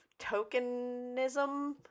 tokenism